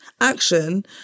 action